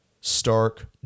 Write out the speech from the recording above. stark